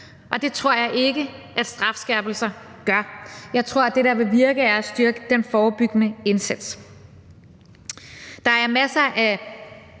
Og det tror jeg ikke at strafskærpelser gør – jeg tror, at det, der vil virke, er at styrke den forebyggende indsats. Der er masser af